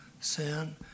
sin